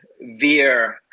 Veer